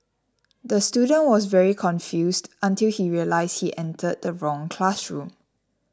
the student was very confused until he realised he entered the wrong classroom